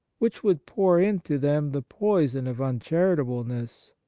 which would pour into them the poison of uncharitableness,